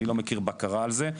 אני לא מכיר בקרה על זה.